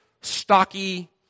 stocky